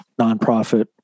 nonprofit